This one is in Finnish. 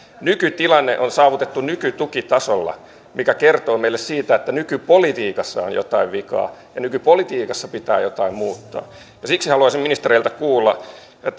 nykytilanne on saavutettu nykytukitasolla mikä kertoo meille siitä että nykypolitiikassa on jotain vikaa ja nykypolitiikassa pitää jotain muuttaa siksi haluaisin ministereiltä kuulla